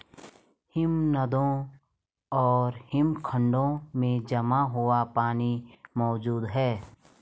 हिमनदों और हिमखंडों में जमा हुआ पानी मौजूद हैं